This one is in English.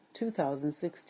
2016